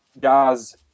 guys